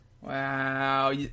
Wow